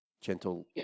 gentle